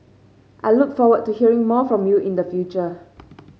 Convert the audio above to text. I look forward to hearing more from you in the future